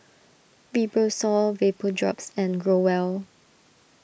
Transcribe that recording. Fibrosol Vapodrops and Growell